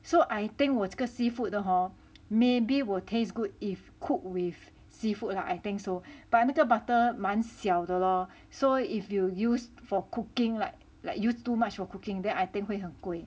so I think 我这个 seafood 的 hor maybe will taste good if cooked with seafood lah I think so but 那个 butter 蛮小的 lor so if you use for cooking like like use too much for cooking then I think 会很贵